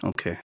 Okay